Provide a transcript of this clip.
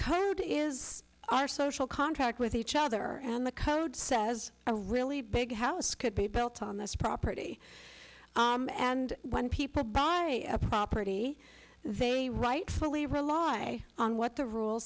code is our social contract with each other and the code says a really big house could be built on this property and when people buy a property they rightfully rely on what the rules